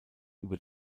über